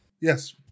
Yes